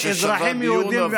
זאת סוגיה ששווה דיון,